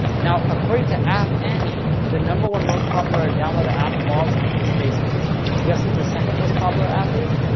now, according to app annie, the number one most popular downloaded app of all time is facebook. can you guess what the second most popular app is?